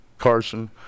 Carson